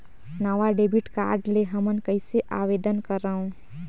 नवा debit card ले हमन कइसे आवेदन करंव?